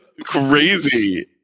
crazy